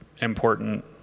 important